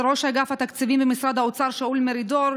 לראש אגף התקציבים במשרד האוצר שאול מרידור,